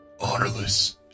Honorless